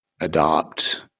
adopt